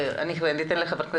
אני אתן את רשות הדיבור לח"כ בוסו.